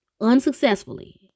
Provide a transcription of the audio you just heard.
unsuccessfully